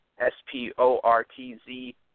S-P-O-R-T-Z